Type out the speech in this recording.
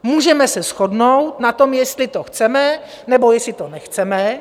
Můžeme se shodnout na tom, jestli to chceme, nebo jestli to nechceme.